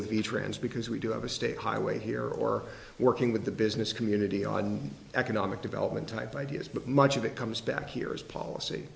with the trans because we do have a state highway here or working with the business community on economic development type ideas but much of it comes back here as policy